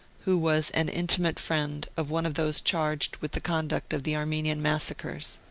who was an intimate friend of one of those charged with the conduct of the armenian massacres.